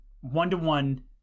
one-to-one